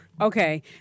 Okay